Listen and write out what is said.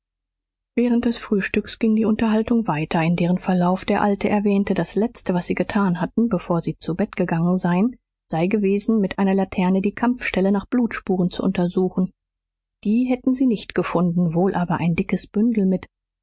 während des frühstücks ging die unterhaltung weiter in deren verlauf der alte erwähnte das letzte was sie getan hatten bevor sie zu bett gegangen seien sei gewesen mit einer laterne die kampfstelle nach blutspuren zu untersuchen die hätten sie nicht gefunden wohl aber ein dickes bündel mit